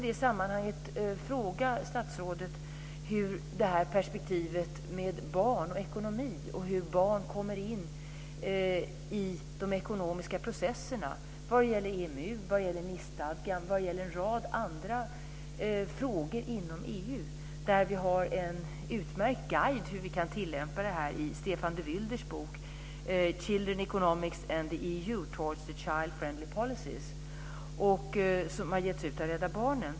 I detta sammanhang vill jag också fråga statsrådet om detta perspektiv med barn och ekonomi, hur barn kommer in i de ekonomiska processerna när det gäller EMU, Nicestadgan och en rad andra frågor inom EU där vi har en utmärkt guide när det gäller hur vi kan tillämpa detta i Stefan de Vylders bok Children, Economics and the EU towards Child-friendly policies som har getts ut av Rädda Barnen.